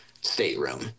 stateroom